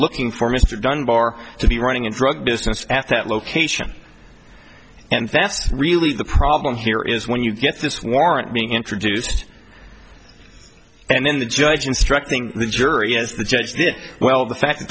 looking for mr dunbar to be running a drug business at that location and that's really the problem here is when you get this warrant being introduced and then the judge instructing the jury as the judge this well the fact that